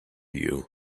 you